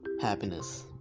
happiness